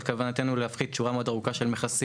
אבל כוונתנו היא להפחית שורה מאוד ארוכה של מכסים